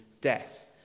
death